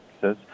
says